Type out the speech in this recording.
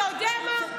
אתה יודע מה?